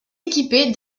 équipée